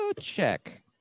check